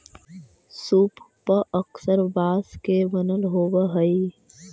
सूप पअक्सर बाँस के बनल होवऽ हई